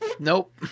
Nope